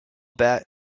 bat